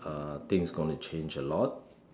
uh things gonna change a lot